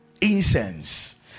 incense